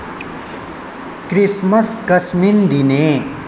Christmas कस्मिन् दिने